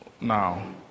Now